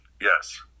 Yes